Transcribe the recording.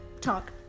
Talk